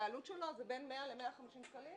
והעלות שלו היא בין 100 ל-150 שקלים.